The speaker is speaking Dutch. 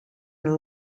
een